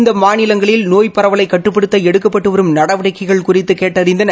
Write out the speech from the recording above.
இந்த மாநிலங்களில் நோய் பரவலை கட்டுப்படுத்த எடுக்கப்பட்டு வரும் நடவடிக்கைகள் குறித்து கேட்டறிந்தனர்